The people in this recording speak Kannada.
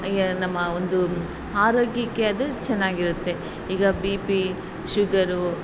ಯಾ ನಮ್ಮ ಒಂದು ಆರೋಗ್ಯಕ್ಕೆ ಅದು ಚೆನ್ನಾಗಿರುತ್ತೆ ಈಗ ಬಿ ಪಿ ಶುಗರು